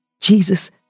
Jesus